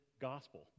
gospel